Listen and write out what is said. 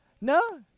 no